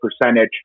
percentage